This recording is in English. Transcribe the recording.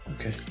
Okay